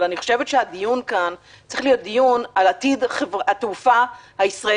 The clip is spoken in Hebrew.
אבל אני חושבת שהדיון כאן צריך להיות על עתיד התעופה הישראלית.